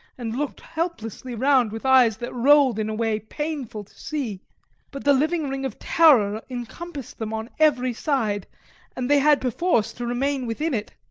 and looked helplessly round with eyes that rolled in a way painful to see but the living ring of terror encompassed them on every side and they had perforce to remain within it.